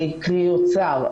קרי אוצר,